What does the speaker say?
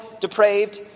depraved